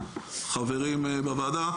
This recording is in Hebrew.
חברים בוועדה,